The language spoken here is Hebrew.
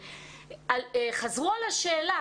חזרו על השאלה,